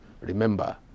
remember